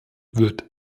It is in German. wird